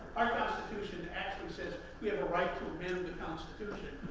our constitution actually says we have a right to amend the constitution,